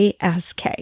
ASK